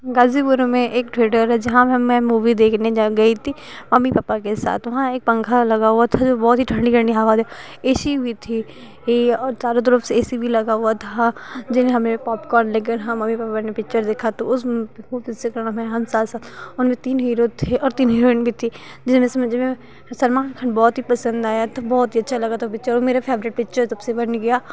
गाज़ीपुर में एक थिएटर है जहाँ पर मैं मूवी देखने गई थी अपने मम्मी पापा के साथ वहाँ एक पन्खा लगा हुआ था जो बहुत ही ठण्डी ठण्डी हवा दे ए सी भी था चारों तरफ से ए सी भी लगा हुआ था जो हमने पॉपकॉर्न लेकर हम मम्मी पापा ने पिक्चर देखी तो उस पिक्चर में हम साथ साथ उसमें तीन हीरो थे और तीन हीरोइन भी थी जिसमें से मुझे सलमान खान बहुत ही पसन्द आया था बहुत ही अच्छी लगी थी पिक्चर मेरी फ़ेवरेट पिक्चर तब से बन गई